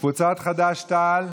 קבוצת חד"ש-תע"ל,